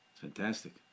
fantastic